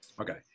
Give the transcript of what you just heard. Okay